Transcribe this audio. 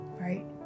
Right